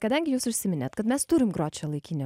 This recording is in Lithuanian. kadangi jūs užsiminėt kad mes turim grot šiuolaikinę